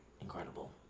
Incredible